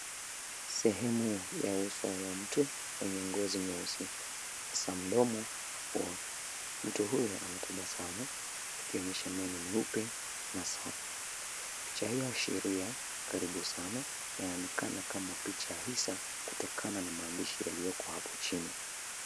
Sehemu ya uso wa mtu mwenye ngozi nyeusi hasa mdomo na pua. Mtu huyo anatabasamu akionyesha meno meupe na safi. Picha hii huashiria karibu sana na inaonekana kama picha ya hisa kutokana na maandishi yaliyoko hapo chini.